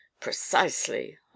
Precisely